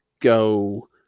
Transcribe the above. go